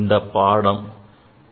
இந்தப் பாடம் B